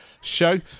show